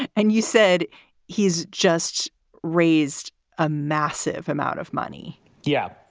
and you said he's just raised a massive amount of money yeah.